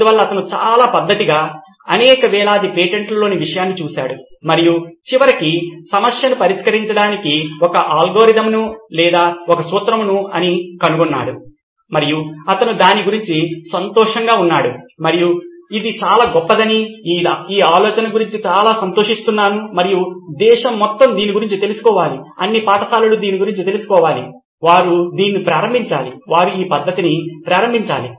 అందువల్ల అతను చాలా పద్దతిగా అనేక వేలాది పేటెంట్ల లోని విషయాన్ని చుసాడు మరియు చివరకు సమస్యను పరిష్కరించడానికి ఒక అల్గోరిథం లేదా ఒక సూత్రము అని కనుగొన్నాడు మరియు అతను దాని గురించి సంతోషంగా ఉన్నాడు మరియు ఇది చాలా గొప్పదని ఈ ఆలోచన గురించి చాలా సంతోషిస్తున్నాను మరియు దేశం మొత్తం దీని గురించి తెలుసుకోవాలి అన్ని పాఠశాలలు దీని గురించి తెలుసుకోవాలి వారు దీన్ని ప్రారంభించాలి వారు ఈ పద్ధతిని ప్రారంభించాలి